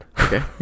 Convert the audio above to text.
Okay